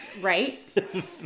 right